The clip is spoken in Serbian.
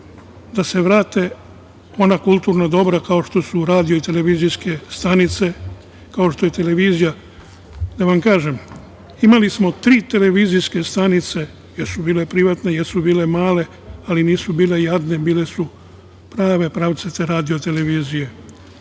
da se vrate ona kulturna dobra kao što su radio i televizijske stanice, kao što je televizija? Da vam kažem, imali smo tri televizijske stanice, jesu bile privatne, jesu bile male, ali nisu bile jadne, bile su prave pravcate radio televizije.